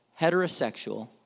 heterosexual